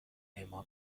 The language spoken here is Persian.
اما